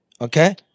okay